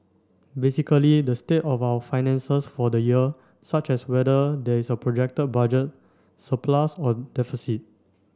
basically the state of our finances for the year such as whether there is a projected budget surplus or deficit